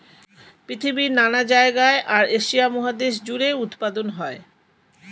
পৃথিবীর নানা জায়গায় আর এশিয়া মহাদেশ জুড়ে উৎপাদন হয়